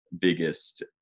biggest